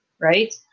Right